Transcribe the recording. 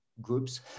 groups